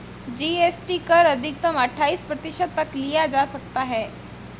GST कर अधिकतम अठाइस प्रतिशत तक लिया जा सकता है